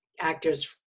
actors